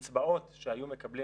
הקצבאות שהיו מקבלים